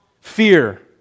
Fear